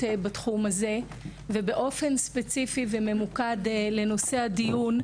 בתחום הזה ובאופן ספציפי וממוקד לנושא הדיון,